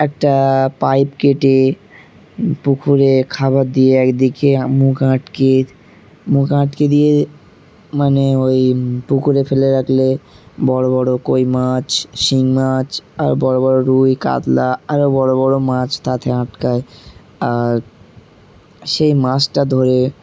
একটা পাইপ কেটে পুকুরে খাবার দিয়ে একদিকে মুখ আটকে মুখ আটকে দিয়ে মানে ওই পুকুরে ফেলে রাখলে বড়ো বড়ো কই মাছ শিঙ্গি মাছ আর বড়ো বড়ো রুই কাতলা আরও বড়ো বড় মাছ তাতে আটকায় আর সেই মাছটা ধরে